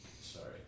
Sorry